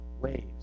waves